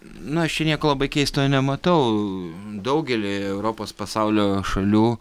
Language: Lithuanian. na aš čia nieko labai keisto nematau daugelyje europos pasaulio šalių